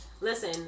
Listen